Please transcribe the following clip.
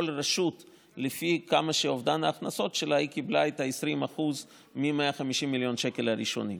כל רשות לפי אובדן ההכנסות שלה קיבלה 20% מ-150 מיליון השקלים הראשונים.